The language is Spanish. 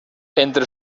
entre